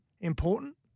important